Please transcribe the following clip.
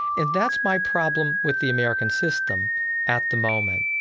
and that's my problem with the american system at the moment.